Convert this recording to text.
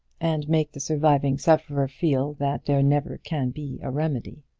and make the surviving sufferer feel that there never can be a remedy.